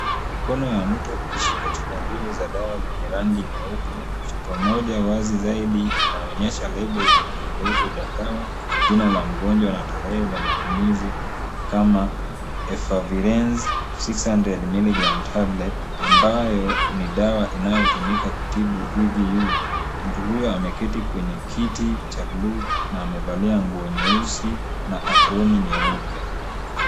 Mikono ya mtu ikishika chupa mbili za dawa zenye rangi nyeupe, chupa moja wazi zaidi inaonyesha lebo yenye maelezo ya dawa, jina la mgonjwa na tarehe za matumizi. Kama. Efavirenz 600 mg tablet ambayo ni dawa inayotumika kutibu EVU mtu huyo ameketi kwenye kiti cha bluu na amevalia nguo nyeusi na aproni nyeupe.